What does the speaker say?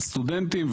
הסטודנטים,